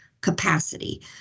capacity